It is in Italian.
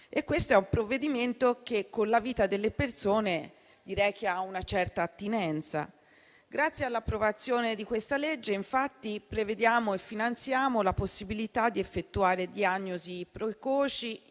in esame è un provvedimento che con la vita delle persone ha una certa attinenza. Grazie all'approvazione di questa legge, infatti, prevediamo e finanziamo la possibilità di effettuare diagnosi precoci